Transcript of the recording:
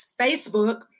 Facebook